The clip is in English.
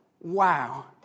Wow